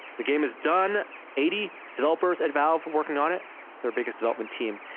the game is done eighty developers at valve working on it their biggest development team